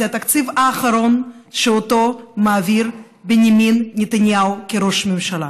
זה התקציב האחרון שאותו מעביר בנימין נתניהו כראש ממשלה,